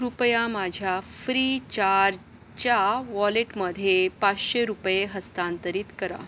कृपया माझ्या फ्रीचार्जच्या वॉलेटमध्ये पाचशे रुपये हस्तांतरित करा